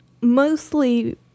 mostly